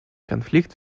конфликт